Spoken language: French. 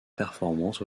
performance